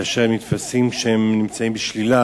כאשר הם נתפסים כשהם בשלילה,